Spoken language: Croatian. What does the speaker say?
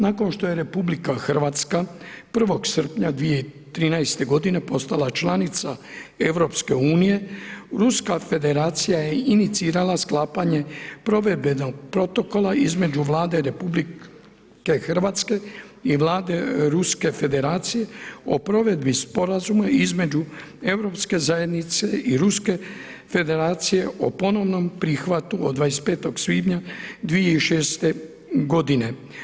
Nakon što je RH 1. srpnja 2013. g. postala članica EU-a, Ruska federacija je inicirala sklapanje provedbenog protokola između Vlade Republike Hrvatske i Vlade Ruske federacije o provedbi sporazuma između Europske zajednice i Ruske federacije o ponovnom prihvatu od 25. svibnja 2006. godine.